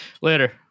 later